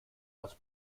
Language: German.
aus